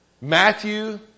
Matthew